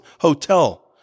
Hotel